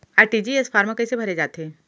RTGS form कइसे भरे जाथे?